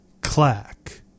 Clack